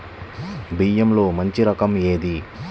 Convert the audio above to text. బియ్యంలో మంచి రకం ఏది?